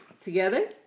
together